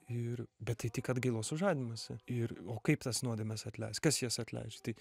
ir bet tai tik atgailos sužadinimuose ir o kaip tas nuodėmes atleist kas jas atleis tai